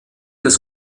des